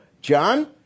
John